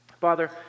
Father